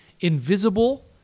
invisible